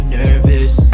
nervous